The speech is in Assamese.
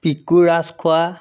পিকু ৰাজখোৱা